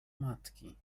matki